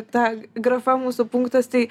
ta grafa mūsų punktas tai